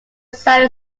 sell